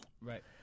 right